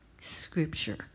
scripture